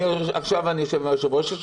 עכשיו אני עם היושב-ראש.